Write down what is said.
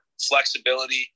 flexibility